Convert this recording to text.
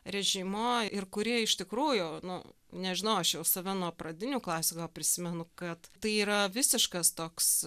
režimo ir kuri iš tikrųjų nu nežinau aš jau save nuo pradinių klasių gal prisimenu kad tai yra visiškas toks